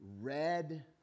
red